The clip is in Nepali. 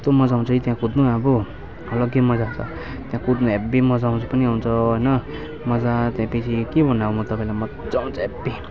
यस्तो मज्जा आउँछ कि त्यहाँ कुद्नु अब अलग्गै मज्जा छ त्यहाँ कुद्नु हेभी मज्जा आउँछ पनि आउँछ होइन मज्जा त्यहाँदेखि के भन्नु अब म तपाईँलाई मज्जा आउँछ हेभी